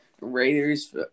Raiders